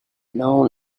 known